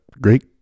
Great